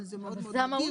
אבל זה מאוד מאוד נדיר.